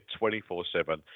24-7